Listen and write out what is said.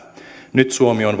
nyt suomi on